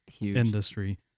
industry